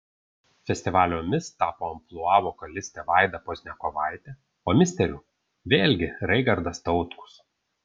festivalio mis tapo amplua vokalistė vaida pozniakovaitė o misteriu vėlgi raigardas tautkus